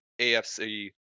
AFC